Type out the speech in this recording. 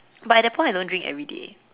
but at that point I don't drink everyday